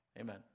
Amen